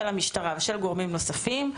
של המשטרה ושל גורמים נוספים,